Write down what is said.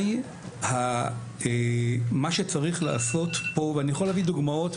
אני יכול להביא דוגמאות,